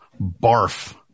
barf